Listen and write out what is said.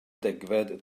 degfed